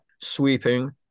sweeping